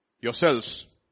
yourselves